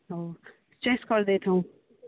ହଉ ଚଏସ୍ କରି ଦେଇଥାଉନ୍